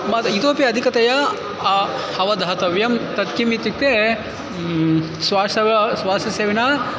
मद् इतोपि अधिकतया अवधातव्यं तत् किम् इत्युक्ते श्वासं श्वासं विना